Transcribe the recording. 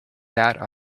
that